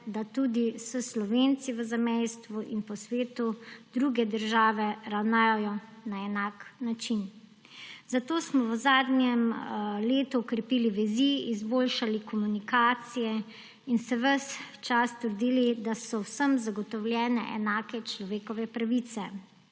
da tudi s Slovenci v zamejstvu in po svetu druge države ravnajo na enak način. Zato smo v zadnjem letu okrepili vezi, izboljšali komunikacije in se ves čas trudili, da so vsem zagotovljene enake človekove pravice.